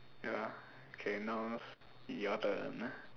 ya okay now's your turn